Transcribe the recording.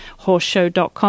Horseshow.com